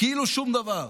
כאילו שום דבר.